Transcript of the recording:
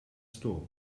store